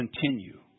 continue